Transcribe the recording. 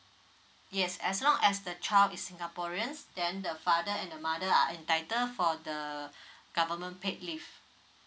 yes as long as the child is singaporeans then the father and the mother are entitled for the government paid leave